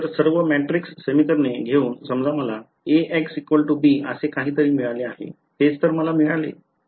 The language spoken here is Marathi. तर सर्व मॅट्रिक्स समीकरणे घेऊन समजा मला Ax b असे काहीतरी मिळाले आहे तेच तर मला मिळाले